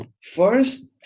first